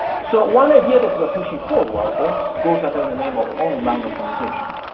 so one idea that we are pushing forward ah goes under the name of online optimization.